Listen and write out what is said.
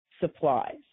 supplies